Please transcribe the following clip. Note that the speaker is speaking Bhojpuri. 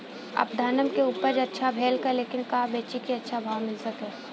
आपनधान के उपज अच्छा भेल बा लेकिन कब बेची कि अच्छा भाव मिल सके?